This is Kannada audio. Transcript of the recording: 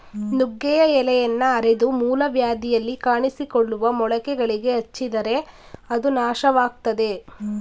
ನುಗ್ಗೆಯ ಎಲೆಯನ್ನ ಅರೆದು ಮೂಲವ್ಯಾಧಿಯಲ್ಲಿ ಕಾಣಿಸಿಕೊಳ್ಳುವ ಮೊಳಕೆಗಳಿಗೆ ಹಚ್ಚಿದರೆ ಅದು ನಾಶವಾಗ್ತದೆ